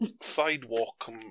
Sidewalk